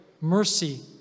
mercy